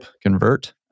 convert